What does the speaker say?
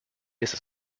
ist